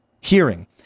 hearing